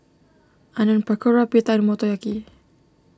Onion Pakora Pita and Motoyaki